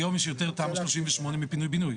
היום יש יותר תמ"א 38 מפינוי בינוי,